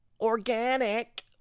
organic